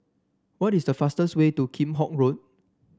what is the fastest way to Kheam Hock Road